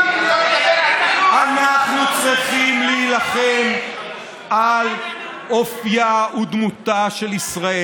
אנחנו צריכים להילחם על אופייה ודמותה של ישראל.